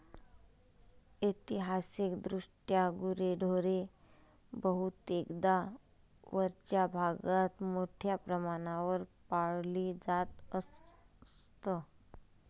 ऐतिहासिकदृष्ट्या गुरेढोरे बहुतेकदा वरच्या भागात मोठ्या प्रमाणावर पाळली जात असत